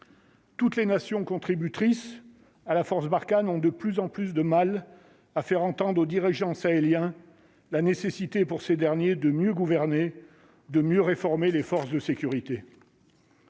Toutes les nations contributrices à la force Barkhane ont de plus en plus de mal à faire entendre aux dirigeants sahéliens la nécessité pour ces derniers de mieux gouverner de mieux réformer les forces de sécurité.